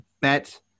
bet